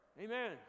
Amen